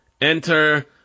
enter